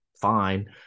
fine